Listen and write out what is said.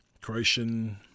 Croatian